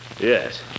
yes